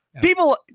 People